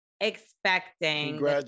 expecting